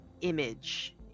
image